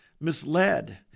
misled